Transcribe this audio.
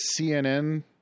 CNN